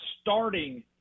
starting